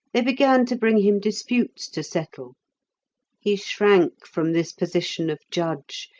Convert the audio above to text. they began to bring him disputes to settle he shrank from this position of judge,